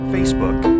Facebook